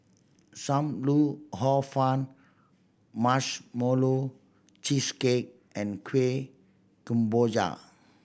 Sam Lau Hor Fun Marshmallow Cheesecake and Kueh Kemboja